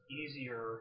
easier